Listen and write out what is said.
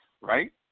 right